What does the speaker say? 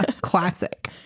Classic